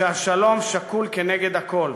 שהשלום שקול כנגד הכול.